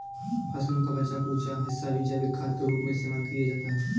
फसलों का बचा कूचा हिस्सा भी जैविक खाद के रूप में इस्तेमाल किया जाता है